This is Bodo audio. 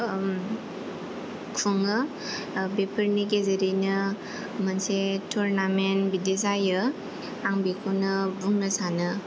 खुङो बेफोरनि गेजेरैनो मोनसे तुरनामेन्ट बिदि जायो आं बेखौनो बुंनो सानो